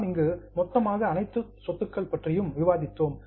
நாம் இங்கு மொத்தமாக அனைத்து சொத்துக்கள் பற்றியும் விவாதித்தோம்